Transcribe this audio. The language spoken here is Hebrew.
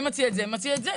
מי מציע את זה ומי מציע את זה.